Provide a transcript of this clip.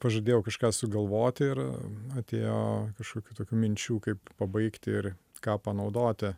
pažadėjau kažką sugalvoti ir atėjo kažkokių tokių minčių kaip pabaigti ir ką panaudoti